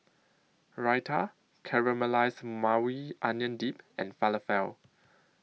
Raita Caramelized Maui Onion Dip and Falafel